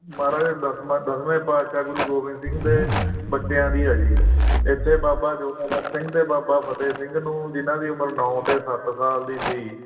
ਮਹਾਰਾਜਾ ਦਸਵਾਂ ਦਸਵੇਂ ਪਾਤਸ਼ਾਹ ਗੁਰੂ ਗੋਬਿੰਦ ਸਿੰਘ ਦੇ ਬੱਚਿਆਂ ਦੀ ਆ ਜੀ ਇੱਥੇ ਬਾਬਾ ਜ਼ੋਰਾਵਰ ਸਿੰਘ ਅਤੇ ਬਾਬਾ ਫਤਿਹ ਸਿੰਘ ਨੂੰ ਜਿੰਨਾਂ ਦੀ ਉਮਰ ਨੌ ਅਤੇ ਸੱਤ ਸਾਲ ਦੀ ਸੀ